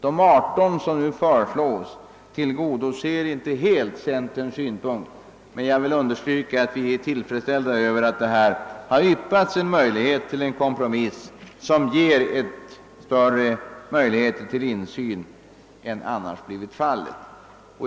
De 18 som nu föreslås tillgodoser inte helt centerns synpunkter, men jag vill understryka, att vi är tillfredsställda över att det här har yppats en möjlig het till en kompromiss, som ger större möjligheter till insyn än annars blivit fallet.